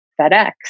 FedEx